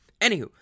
Anywho